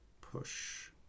push